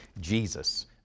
Jesus